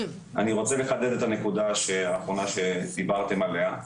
אני רוצה לחדד את הנקודה האחרונה שדיברתם עליה,